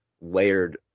layered